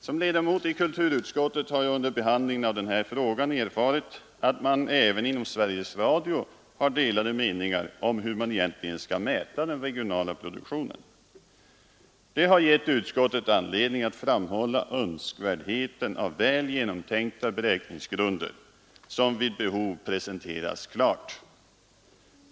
Som ledamot i kulturutskottet har jag under behandlingen av den här frågan erfarit att man även inom Sveriges Radio har delade meningar om hur man egentligen skall mäta den regionala produktionen. Det har gett utskottet anledning att framhålla ”önskvärdheten av väl genomtänkta beräkningsgrunder, som vid behov presenteras klart”.